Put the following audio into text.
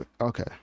okay